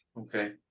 Okay